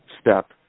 step